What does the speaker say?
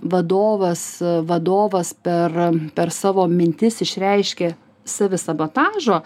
vadovas vadovas per per savo mintis išreiškia savisabotažo